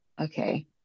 okay